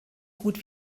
gut